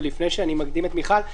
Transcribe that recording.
ואני מקדים את מיכל,